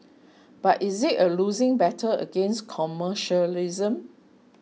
but is it a losing battle against commercialism